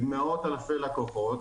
עם מאות אלפי לקוחות,